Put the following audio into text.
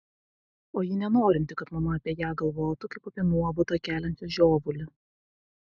o ji nenorinti kad mama apie ją galvotų kaip apie nuobodą keliančią žiovulį